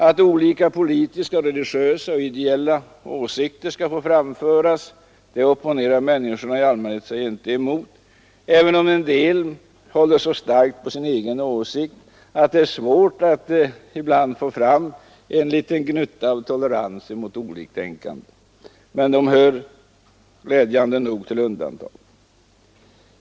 Att olika politiska, religiösa och ideella åsikter skall få framföras opponerar människorna i allmänhet inte emot, även om en del håller så starkt på sin egen åsikt att det ibland är svårt att få fram en en enda liten gnutta av tolerans mot oliktänkande. Men det hör glädjande nog till undantagen.